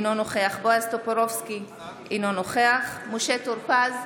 אינו נוכח בועז טופורובסקי, אינו נוכח משה טור פז,